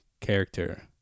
character